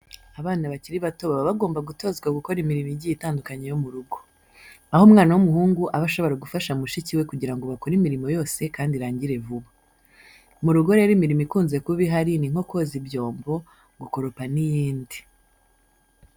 Abana bakiri bato baba bagomba gutozwa gukora imirimo igiye itandukanye yo mu rugo. Aho umwana w'umuhungu aba ashobora gufasha mushiki we kugira ngo bakore imirimo yose kandi irangire vuba. Mu rugo rero imirimo ikunze kuba ihari ni nko koza ibyombo, gukoropa n'iyindi.